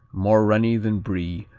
more runny than brie,